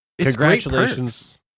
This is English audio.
congratulations